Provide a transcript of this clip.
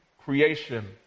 creation